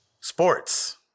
Sports